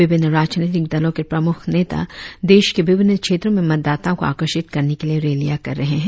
विभिन्न राजनीतिक दलों के प्रमुख नेता देश के विभिन्न क्षेत्रों में मतदाताओं को आकर्षित करने के लिए रैलियां कर रहे हैं